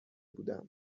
بودم